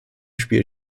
spiel